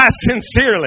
sincerely